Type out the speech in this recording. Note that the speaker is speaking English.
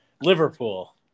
Liverpool